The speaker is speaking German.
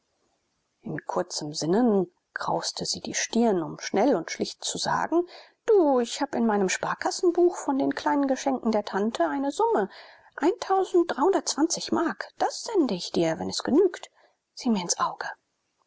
in kurzem sinnen krauste sie die stirn um schnell und schlicht zu sagen du ich habe in meinem sparkassenbuch von den kleinen geschenken der tante eine summe mark das sende ich dir wenn es genügt sieh mir ins auge